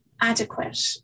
adequate